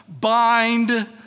Bind